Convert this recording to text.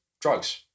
drugs